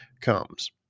comes